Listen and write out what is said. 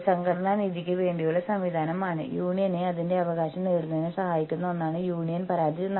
ഈ സാഹചര്യത്തിൽ തീർച്ചയായും നിങ്ങൾക്ക് ഒന്നും ചെയ്യാൻ കഴിയില്ല